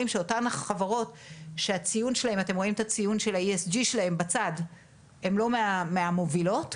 שאותן החברות שהציון ה-ESG שלהן הן לא מהמובילות,